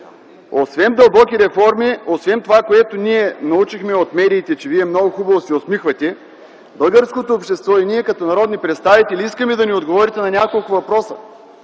Освен дълбоки реформи, освен това, което научихме от медиите – че Вие много хубаво се усмихвате, българското общество и ние като народни представители искаме да ни отговорите на няколко въпроса,